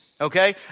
Okay